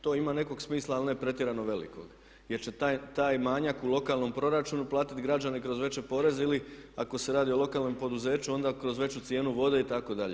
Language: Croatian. To ima nekog smisla ali ne pretjerano velikog jer će taj manjak u lokalnom proračunu platiti građani kroz veće poreze ili ako se radi o lokalnom poduzeću onda kroz veću cijenu vode itd.